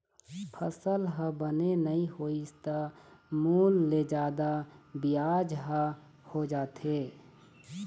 फसल ह बने नइ होइस त मूल ले जादा बियाज ह हो जाथे